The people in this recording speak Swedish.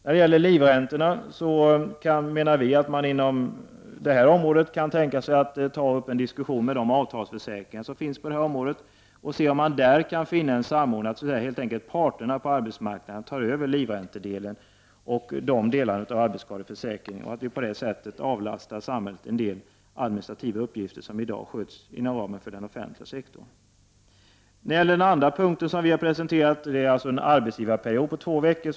Beträffande livräntorna menar vi att man kan tänka sig att ta upp en diskussion med de avtalsförsäkringar som finns på detta område och se om man där kan finna en samordning, så att parterna på arbetsmarknaden helt enkelt tar över livräntedelen och de delar av arbetsskadeförsäkringen som gäller livränta. På det sättet avlastar vi samhället en del administrativa uppgifter som i dag sköts inom ramen för den offentliga sektorn. Den andra punkten som vi har presenterat gäller en arbetsgivarperiod på två veckor.